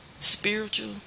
spiritual